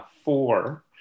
four